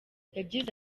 yagize